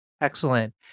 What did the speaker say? Excellent